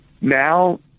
now